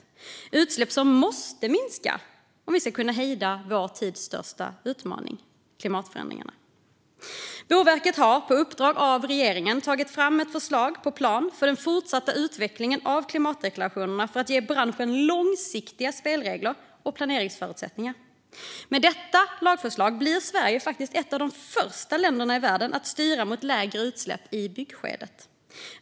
Det är utsläpp som måste minska om vi ska kunna hejda vår tids största utmaning - klimatförändringarna. Boverket har på uppdrag av regeringen tagit fram ett förslag på en plan för den fortsatta utvecklingen av klimatdeklarationerna för att ge branschen långsiktiga spelregler och planeringsförutsättningar. Med detta lagförslag blir Sverige faktiskt ett av de första länderna i världen att styra mot lägre utsläpp i byggskedet.